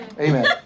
Amen